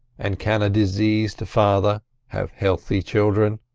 and can a diseased father have healthy children?